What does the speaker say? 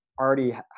already